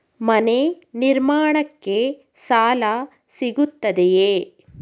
ಮನೆ ನಿರ್ಮಾಣಕ್ಕೆ ಸಾಲ ಸಿಗುತ್ತದೆಯೇ?